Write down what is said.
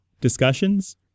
discussions